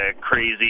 crazy